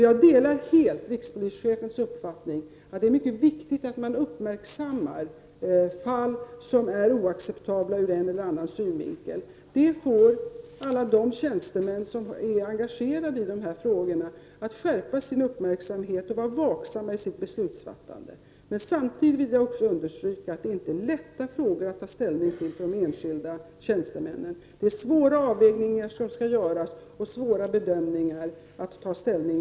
Jag delar helt rikspolischefens uppfattning att det är mycket viktigt att man uppmärksammar de fall som är oacceptabla ur en eller annan synvinkel. Det får alla de tjänstemän som är engagerade i dessa frågor att skärpa sin uppmärksamhet och vara vaksamma i sitt beslutsfattande. Men jag vill samtidigt understryka att detta inte är några lätta frågor att ta ställning till för de enskilda tjänstemännen. Det är svåra avvägningar och bedömningar som skall göras.